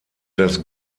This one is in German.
das